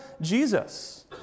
Jesus